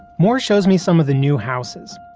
moore shows me some of the new houses.